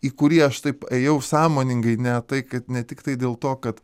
į kurį aš taip ėjau sąmoningai ne tai kad ne tiktai dėl to kad